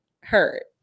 hurt